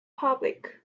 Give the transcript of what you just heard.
public